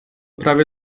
prawie